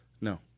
No